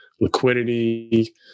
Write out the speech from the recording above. liquidity